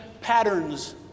patterns